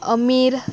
अमीर